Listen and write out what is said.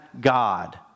God